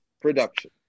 production